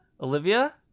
Olivia